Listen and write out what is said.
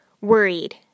worried